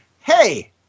Hey